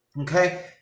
okay